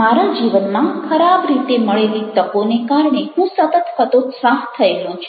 મારા જીવનમાં ખરાબ રીતે મળેલી તકોને કારણે હું સતત હતોત્સાહ થયેલો છું